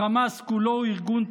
החמאס כולו הוא ארגון טרור.